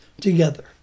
together